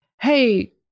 hey